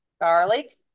garlic